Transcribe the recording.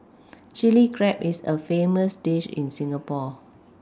Chilli Crab is a famous dish in Singapore